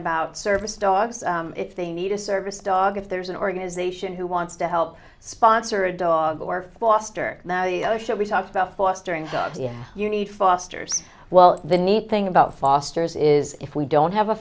about service dogs if they need a service dog if there's an organization who wants to help sponsor a dog or foster that we talked about fostering dogs if you need fosters well the neat thing about fosters is if we don't have a